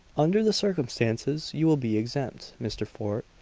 under the circumstances, you will be exempt, mr. fort,